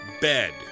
bed